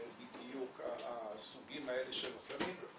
זה בדיוק הסוגים האלה של הסמים.